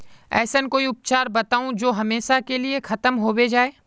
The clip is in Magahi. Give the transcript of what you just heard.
ऐसन कोई उपचार बताऊं जो हमेशा के लिए खत्म होबे जाए?